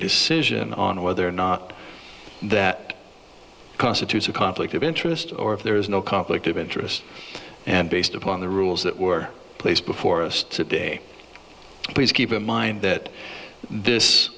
decision on whether or not that constitutes a conflict of interest or if there is no conflict of interest and based upon the rules that were placed before us today please keep in mind that this